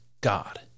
God